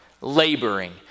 laboring